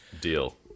deal